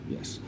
Yes